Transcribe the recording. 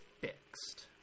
fixed